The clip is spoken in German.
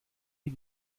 die